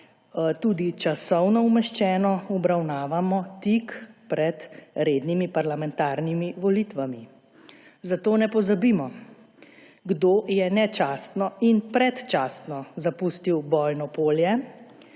tudi časovno umeščeno obravnavamo tik pred rednimi parlamentarnimi volitvami. Zato ne pozabimo, kdo je nečastno in predčasno zapustil bojno polje